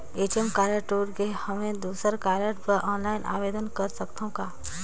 ATM card टूट गे हववं दुसर कारड बर ऑनलाइन आवेदन कर सकथव का?